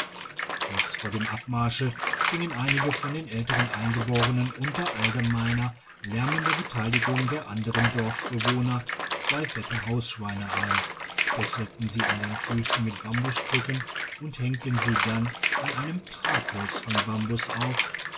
kurz vor dem abmärsche fingen einige von den älteren eingeborenen unter allgemeiner lärmender beteiligung der anderen dorfbewohner zwei fette hausschweine ein fesselten sie an den füssen mit bambusstricken und hängten sie dann an einem tragholz von bambus auf